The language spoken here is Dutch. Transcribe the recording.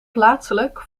plaatselijk